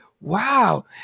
wow